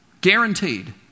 guaranteed